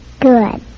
good